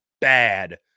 bad